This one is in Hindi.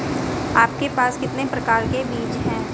आपके पास कितने प्रकार के बीज हैं?